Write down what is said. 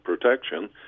protection